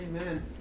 amen